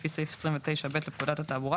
לפי סעיף 29(ב) לפקודת התעבורה,